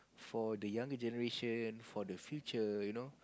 for the younger generation for the future you know